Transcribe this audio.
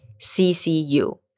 ccu